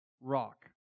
rock